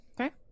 Okay